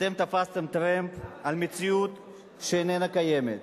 אתם תפסתם טרמפ על מציאות שאיננה קיימת.